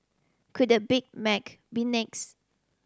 could the Big Mac be next